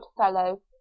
fellow